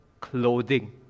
clothing